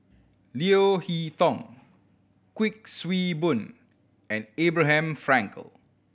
Leo Hee Tong Kuik Swee Boon and Abraham Frankel